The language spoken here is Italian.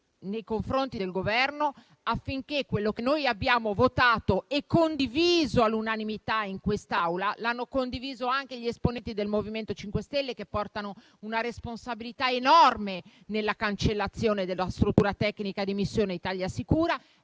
nei confronti del Governo, affinché quello che noi abbiamo votato e condiviso all'unanimità in quest'Aula (lo hanno fatto anche gli esponenti del MoVimento 5 Stelle che portano una responsabilità enorme nella cancellazione della struttura tecnica di missione Italia sicura)